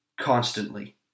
constantly